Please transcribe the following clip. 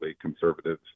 conservative